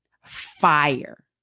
fire